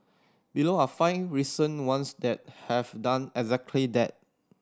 below are five recent ones that have done exactly that